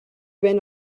ven